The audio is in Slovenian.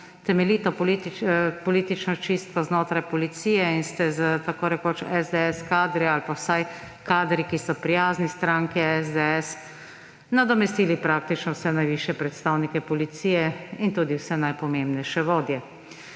temeljito politično čistko znotraj Policije in ste s tako rekoč SDS kadri ali pa vsaj kadri, ki so prijazni stranki SDS, nadomestili praktično vse najvišje predstavnike Policije in tudi vse najpomembnejše vodje.